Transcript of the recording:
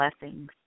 blessings